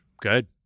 Good